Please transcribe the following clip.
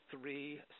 three